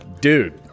Dude